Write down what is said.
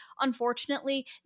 unfortunately